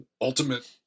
Ultimate